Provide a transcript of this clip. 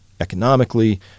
economically